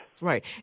Right